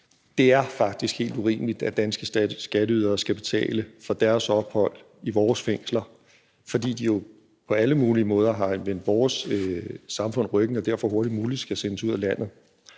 Det er faktisk helt urimeligt, at danske skatteydere skal betale for deres ophold i vores fængsler, fordi de jo på alle mulige måder har vendt vores samfund ryggen og derfor hurtigst muligt skal sendes ud af landet.